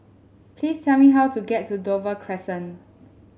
please tell me how to get to Dover Crescent